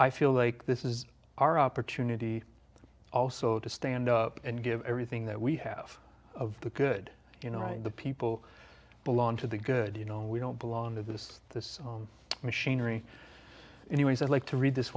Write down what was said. i feel like this is our opportunity also to stand up and give everything that we have of the good you know the people belong to the good you know we don't belong to this this machinery anyways i'd like to read this